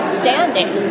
standing